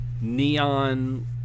Neon